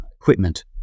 equipment